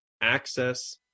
access